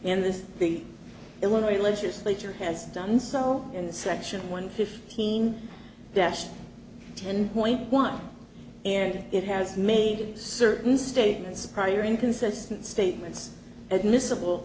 in this the illinois legislature has done so in section one fifteen that ten point one and it has made certain statements prior inconsistent statements admissible